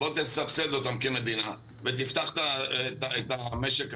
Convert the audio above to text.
בוא תסבסד אותם כמדינה ותפתח את המשק החוצה,